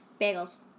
Bagels